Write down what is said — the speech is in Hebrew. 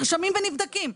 נרשמים ונבדקים,